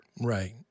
Right